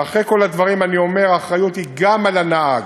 ואחרי כל הדברים אני אומר: האחריות היא גם על הנהג.